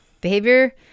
Behavior